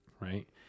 Right